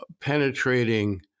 penetrating